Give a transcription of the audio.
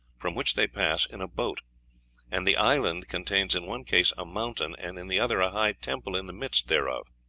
from which they pass in a boat and the island contains in one case a mountain, and in the other a high temple in the midst thereof.